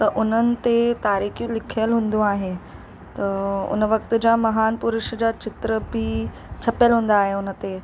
त उन्हनि ते तारीख़ूं लिखियलु हूंदो आहे त उन वक़्त जा महान पुरुष जा चित्र बि छपियलु हूंदा आहे हुन ते